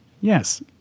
Yes